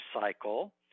cycle